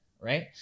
right